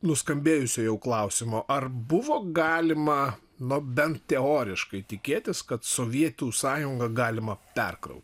nuskambėjusio jau klausimo ar buvo galima nu bent teoriškai tikėtis kad sovietų sąjungą galima perkraut